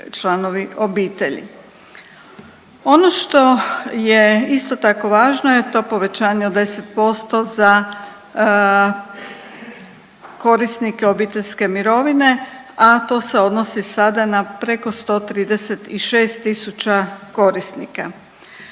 članovi obitelji. Ono što je isto tako važno je to povećanje od 10% za korisnike obiteljske mirovine, a to se odnosi sada na preko 136000 korisnika.